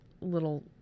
little